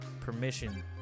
permission